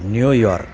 new York